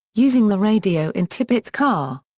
using the radio in tippit's car.